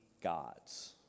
gods